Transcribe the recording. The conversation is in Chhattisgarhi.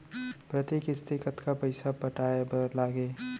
प्रति किस्ती कतका पइसा पटाये बर लागही?